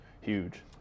huge